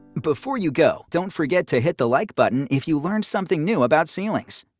before you go, don't forget to hit the like button if you learned something new about ceilings.